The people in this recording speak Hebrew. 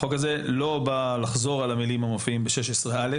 החוק הזה לא בא לחזור על המילים המופיעות ב-16(א),